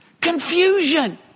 Confusion